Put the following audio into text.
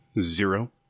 Zero